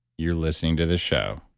you're listening to this show,